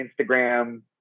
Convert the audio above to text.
Instagram